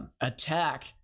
attack